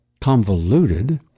convoluted